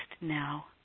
now